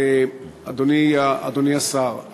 אדוני השר,